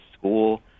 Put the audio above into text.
school